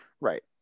right